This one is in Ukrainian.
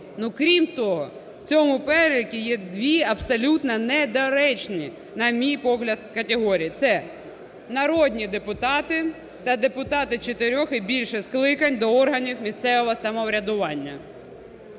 окрім того, в цьому переліку є дві абсолютно недоречні, на мій погляд, категорії – це народні депутати та депутати чотирьох і більше скликань до органів місцевого самоврядування.